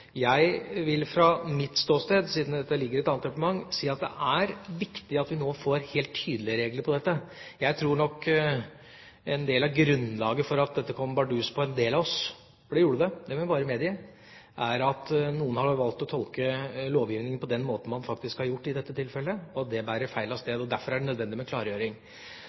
Jeg vil fra mitt ståsted, siden dette ligger til et annet departement, si at det er viktig at vi nå får helt tydelige regler på dette. Jeg tror nok en del av grunnlaget for at dette kom bardus på en del av oss – for det gjorde det, det må jeg bare medgi – er at noen har valgt å tolke lovgivningen på den måten man faktisk har gjort i dette tilfellet. Det bærer feil av sted, og derfor er det nødvendig med en klargjøring.